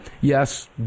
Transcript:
Yes